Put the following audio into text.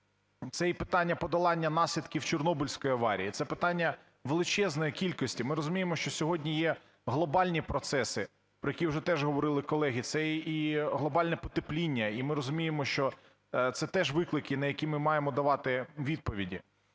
Це і питання подолання наслідків Чорнобильської аварії, це питання величезної кількості, ми розуміємо, що сьогодні є глобальні процеси, про які уже теж говорили колеги. Це і глобальне потепління. І ми розуміємо, що це теж виклики, на які ми маємо давати відповіді.